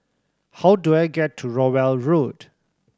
how do I get to Rowell Road